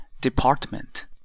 department